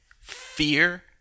fear